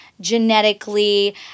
genetically